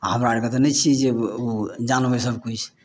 आ हमरा आरके तऽ नहि छियै ओ जानबै सबकिछु